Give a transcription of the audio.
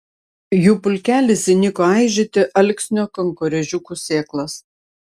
jų pulkelis įniko aižyti alksnio kankorėžiukų sėklas